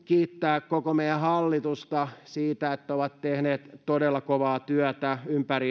kiittää koko meidän hallitusta siitä että ovat tehneet todella kovaa työtä